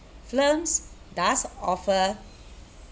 films does offer